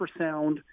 ultrasound